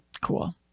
Cool